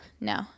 no